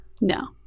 No